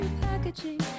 packaging